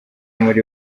muri